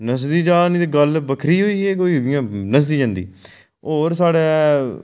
न'सदी जा निं ते गल्ल बक्खरी होई कोई इ'यां नसदी जंदी होर साढ़े